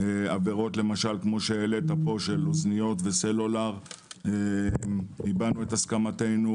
עבירות למשל כפי שהעלית פה של אוזניות וסלולר הבענו הסכמתנו